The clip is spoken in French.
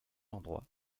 endroits